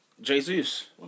Jesus